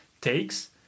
takes